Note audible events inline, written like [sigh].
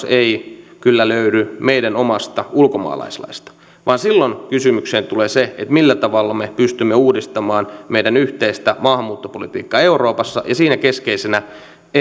[unintelligible] ei kyllä löydy meidän omasta ulkomaalaislaistamme vaan silloin kysymykseen tulee se millä tavalla me pystymme uudistamaan meidän yhteistä maahanmuuttopolitiikkaa euroopassa siinä keskeisenä